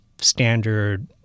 standard